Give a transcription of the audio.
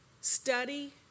Study